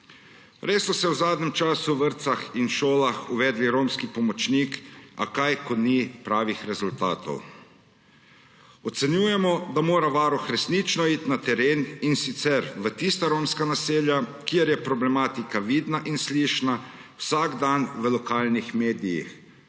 Res so se v zadnjem času v vrtcih in šolah uvedli romski pomočniki, a kaj ko ni pravih rezultatov. Ocenjujemo, da mora Varuh resnično iti na teren, in sicer v tista romska naselja, kjer je problematika vidna in slišna vsak dan v lokalnih medijih.